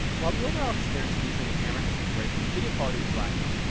while the overall experience in using the camera has been great the video quality was lacking.